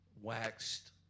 waxed